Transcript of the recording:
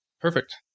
Perfect